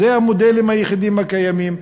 זה המודלים היחידים הקיימים.